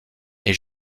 est